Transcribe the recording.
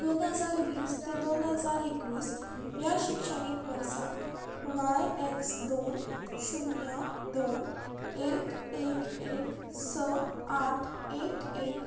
दोन हजार वीस ते दोन हजार एकवीस ह्या शिक्षणीक वर्सा वाय एक्स दोन शुन्य दोन एक एक एक स आठ एक एक